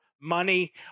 money